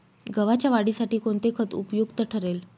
गव्हाच्या वाढीसाठी कोणते खत उपयुक्त ठरेल?